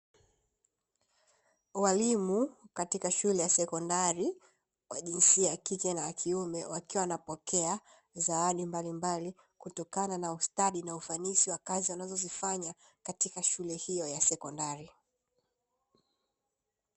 Walimu katika shule ya sekondari wa jinsia ya kike na kiume wakiwa wanapokea zawadi mbalimbali, kutokana na ustadi na ufanisi wa kazi wanazozifanya katika shule iyo ya sekondari.